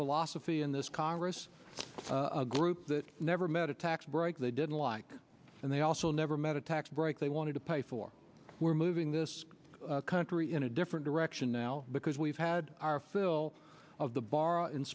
philosophy in this congress a group that never met a tax break they didn't like and they also never met a tax break they wanted to pay for we're moving this country in a different direction now because we've had our fill of the borrow and